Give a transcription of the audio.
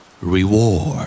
Reward